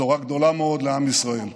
בשורה גדולה מאוד לעם ישראל.